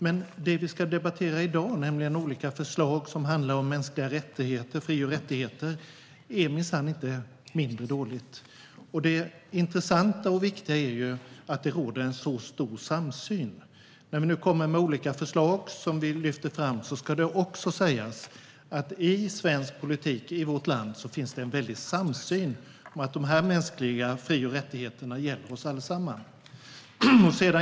Men det vi ska debattera i dag, nämligen olika förslag som handlar om mänskliga fri och rättigheter, är minsann inte mindre dåligt. Det intressanta och viktiga är att det råder en så stor samsyn. När vi kommer med olika förslag ska det också sägas att i svensk politik i vårt land finns det en stor samsyn om att de mänskliga fri och rättigheterna gäller oss alla.